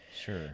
Sure